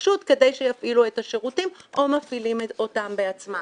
ברשות כדי שיפעילו את השירותים או מפעילים אותם בעצמם.